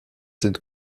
sind